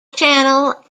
channel